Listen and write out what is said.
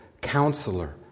Counselor